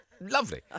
lovely